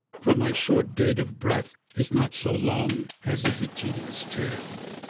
for my short date of breath is not so long as is a tedious tale.